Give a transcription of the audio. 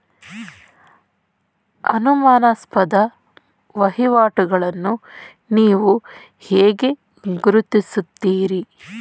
ಅನುಮಾನಾಸ್ಪದ ವಹಿವಾಟುಗಳನ್ನು ನೀವು ಹೇಗೆ ಗುರುತಿಸುತ್ತೀರಿ?